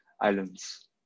islands